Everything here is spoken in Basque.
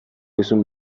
dizun